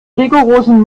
rigorosen